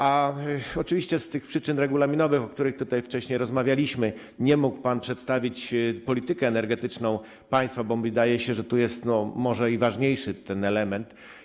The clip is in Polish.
A oczywiście z przyczyn regulaminowych, o których wcześniej rozmawialiśmy, nie mógł pan przedstawić polityki energetycznej państwa, bo wydaje się, że tu jest może i ważniejszy element.